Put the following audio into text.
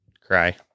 Cry